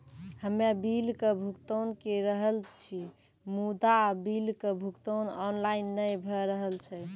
हम्मे बिलक भुगतान के रहल छी मुदा, बिलक भुगतान ऑनलाइन नै भऽ रहल छै?